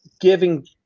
giving